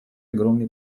огромный